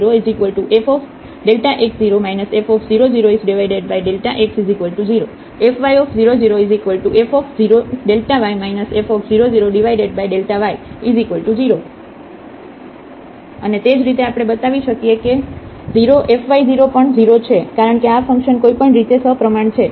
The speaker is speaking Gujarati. fx00fx0 f00x0 fy00f0y f00y 0 અને તે જ રીતે આપણે બતાવી શકીએ કે 0 fy0 પણ 0 છે કારણ કે આ ફંકશન કોઈપણ રીતે સપ્રમાણ છે